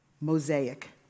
mosaic